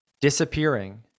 disappearing